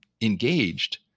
engaged